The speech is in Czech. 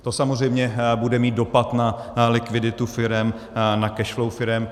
To samozřejmě bude mít dopad na likviditu firem, na cash flow firem.